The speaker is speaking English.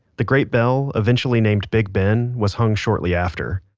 the great bell, eventually named big ben, was hung shortly after.